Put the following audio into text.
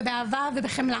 ובאהבה ובחמלה,